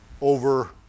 over